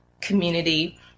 community